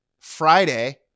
Friday